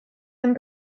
den